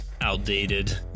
outdated